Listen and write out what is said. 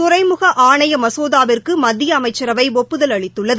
துறைமுகஆணையமசோதாவிற்குமத்தியஅமைச்சரவைஒப்புதல் அளித்துள்ளது